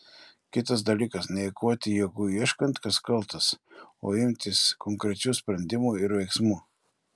kitas dalykas neeikvoti jėgų ieškant kas kaltas o imtis konkrečių sprendimų ir veiksmų